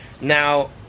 Now